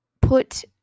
put